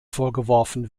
vorgeworfen